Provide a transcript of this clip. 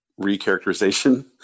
recharacterization